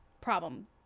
problem